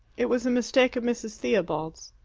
it was a mistake of mrs. theobald's.